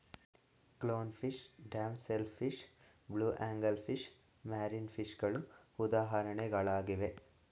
clown fish, damsel fish, blue angel fish, marine ಫಿಷಗಳು ಉದಾಹರಣೆಗಳಾಗಿವೆ